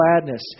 gladness